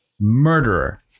murderer